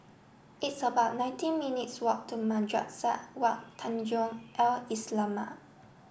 it's about nineteen minutes walk to Madrasah Wak Tanjong Al Islamiah